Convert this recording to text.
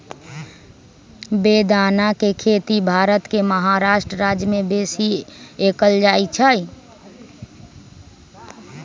बेदाना के खेती भारत के महाराष्ट्र राज्यमें बेशी कएल जाइ छइ